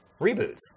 reboots